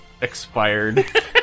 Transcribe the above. expired